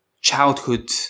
childhood